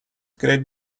great